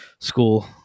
School